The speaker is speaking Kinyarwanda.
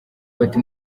bati